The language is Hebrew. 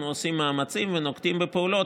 אנחנו עושים מאמצים ונוקטים פעולות